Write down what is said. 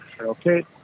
Okay